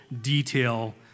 detail